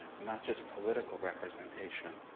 not just political representation,